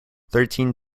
thirteen